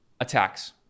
attacks